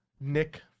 Nick